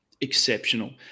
exceptional